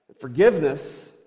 Forgiveness